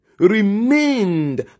remained